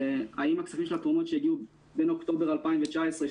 והאם כספי התרומות שהגיעו בין אוקטובר 2019,